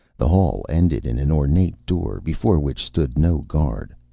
the hall ended in an ornate door, before which stood no guard.